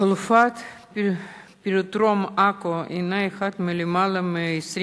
חלופת מיקום העיר עכו הנה אחת מתוך למעלה מ-20